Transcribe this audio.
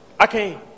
Okay